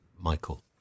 Michael